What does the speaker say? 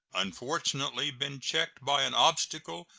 unfortunately, been checked by an obstacle,